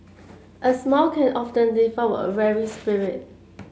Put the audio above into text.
a smile can often lift up a weary spirit